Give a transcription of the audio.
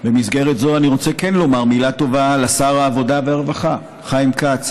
במסגרת זו אני רוצה כן לומר מילה טובה לשר העבודה והרווחה חיים כץ.